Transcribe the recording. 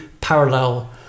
parallel